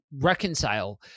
reconcile